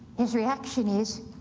his reaction is,